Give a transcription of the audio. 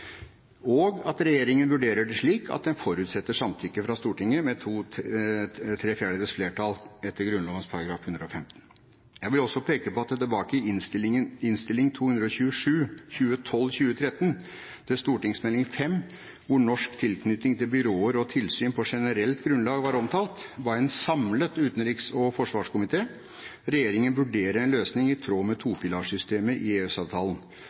og at regjeringen vurderer det slik at den forutsetter samtykke fra Stortinget med tre fjerdedels flertall etter Grunnloven § 115. Jeg vil også peke på at i Innst. 227 S for 2012–2013 til Meld. St. 5 for 2012–2013, hvor norsk tilknytning til byråer og tilsyn på generelt grunnlag var omtalt, ba en samlet utenriks- og forsvarskomité regjeringen vurdere en løsning i tråd med topilarsystemet i